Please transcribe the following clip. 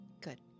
Good